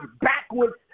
backwards